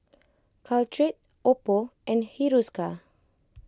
Caltrate Oppo and Hiruscar